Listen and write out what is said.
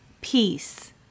peace